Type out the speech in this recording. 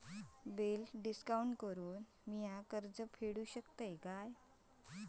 Bill discount करान मी कर्ज फेडा शकताय काय?